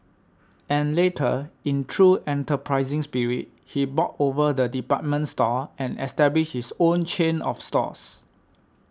and later in true enterprising spirit he bought over the department store and established his own chain of stores